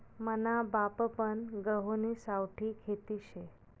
मना बापपन गहुनी सावठी खेती शे